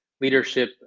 leadership